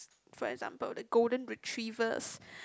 for example the Golden Retrievers